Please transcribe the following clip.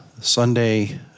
Sunday